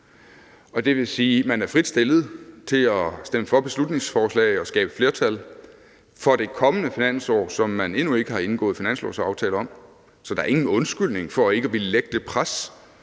Det vil sige, at man er frit stillet til at stemme for beslutningsforslag og skabe et flertal for det kommende finansår, som man endnu ikke har indgået finanslovsaftale om. Så der er ingen undskyldning for ikke at ville lægge pres